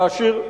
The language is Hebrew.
להשאיר,